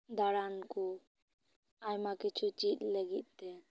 ᱫᱟᱬᱟᱱ ᱠᱚ ᱟᱭᱢᱟ ᱠᱤᱪᱷᱩ ᱪᱮᱫ ᱞᱟᱹᱜᱤᱫ ᱛᱮ